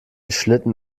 schlitten